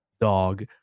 dog